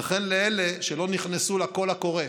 וכן לאלה שלא נכנסו לקול הקורא.